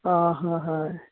आं हां हय